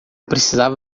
precisava